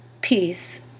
peace